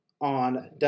on